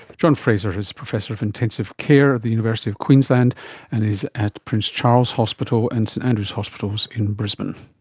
john fraser is professor of intensive care at the university of queensland and is at prince charles hospital and st andrews hospitals in brisbane